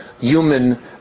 human